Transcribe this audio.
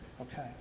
Okay